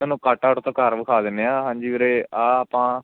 ਤੁਹਾਨੂੰ cut out ਤੋਂ ਘਰ ਵਿਖਾ ਦਿੰਦੇ ਹਾਂ ਹਾਂਜੀ ਵੀਰੇ ਆਹ ਆਪਾਂ